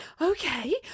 okay